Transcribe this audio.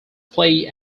play